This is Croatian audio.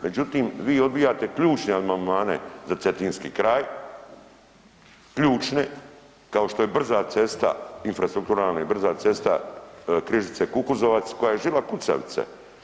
Međutim, vi odbijate ključne amandmane za Cetinski kraj, ključne kao što je brza cesta, infrastrukturalna brza cesta Križice-Kukuzovac koja ježila kucavica.